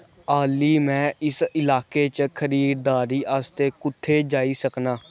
आ ली मै इस इलाके च खरीदारी आस्तै कु'त्थै जाई सकनां